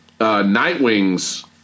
Nightwing's